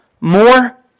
more